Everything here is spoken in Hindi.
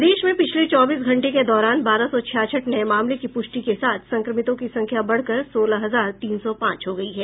प्रदेश में पिछले चौबीस घंटे के दौरान कोरोना के बारह सौ छियासठ नये मामले की पुष्टि के साथ संक्रमितों की संख्या बढ़कर सोलह हजार तीन सौ पांच हो गई है